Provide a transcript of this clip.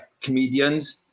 comedians